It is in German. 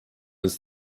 uns